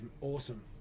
awesome